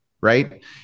right